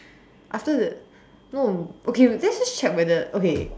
after the no okay let's just check whether okay